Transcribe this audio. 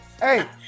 Hey